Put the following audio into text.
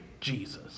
Jesus